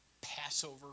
Passover